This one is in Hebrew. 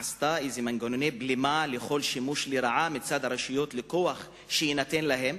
מנגנוני בלימה לכל שימוש לרעה מצד הרשויות בכוח שיינתן להן?